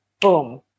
Boom